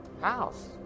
house